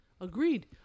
agreed